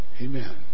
Amen